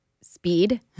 speed